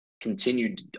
continued